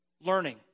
learning